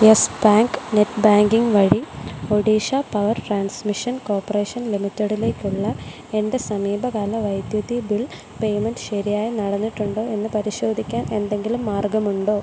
yes Bank net banking വഴി Odisha power transmission corporation ലിമിറ്റഡിലേക്കുള്ള എൻ്റെ സമീപകാല വൈദ്യുതി ബിൽ പേയ്മെൻറ്റ് ശരിയായി നടന്നിട്ടുണ്ടോ എന്നു പരിശോധിക്കാൻ എന്തെങ്കിലും മാർഗ്ഗമുണ്ടോ